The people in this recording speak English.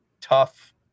tough